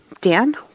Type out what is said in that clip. Dan